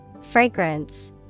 Fragrance